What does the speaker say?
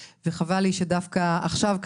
וחבל לי שזה יעלה דווקא עכשיו,